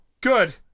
good